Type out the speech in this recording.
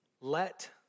Let